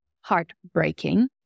heartbreaking